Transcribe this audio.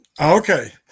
Okay